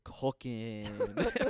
cooking